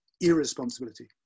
irresponsibility